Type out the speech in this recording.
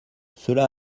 cela